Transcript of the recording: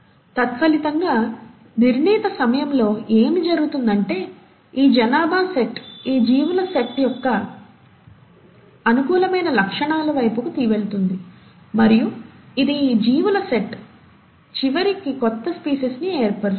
తత్ఫలితంగా నిర్ణీత సమయంలో ఏమి జరుగుతుందంటే ఈ జనాభా సెట్ ఈ జీవుల సెట్ యొక్క అనుకూలమైన లక్షణాల వైపుకు వెళుతుంది మరియు ఇది ఈ జీవుల సెట్ ఏ చివరికి కొత్త స్పీసీస్ ని ఏర్పరుస్తుంది